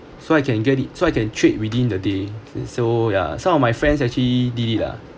so I can get it so I can trade within the day so yeah some of my friends actually did it ah